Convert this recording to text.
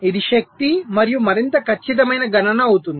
ఇది శక్తి యొక్క మరింత ఖచ్చితమైన గణన అవుతుంది